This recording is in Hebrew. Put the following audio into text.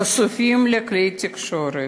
חשופים לכלי תקשורת,